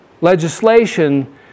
legislation